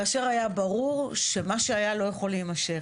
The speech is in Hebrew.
כאשר היה ברור שמה שהיה לא יכול להימשך.